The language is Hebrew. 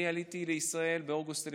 אני עליתי לישראל באוגוסט 1997,